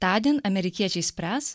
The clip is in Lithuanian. tądien amerikiečiai spręs